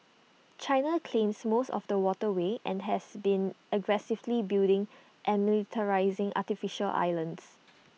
China claims most of the waterway and has been aggressively building and militarising artificial islands